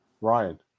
Ryan